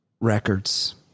records